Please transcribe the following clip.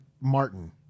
Martin